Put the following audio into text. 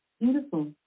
Beautiful